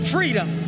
Freedom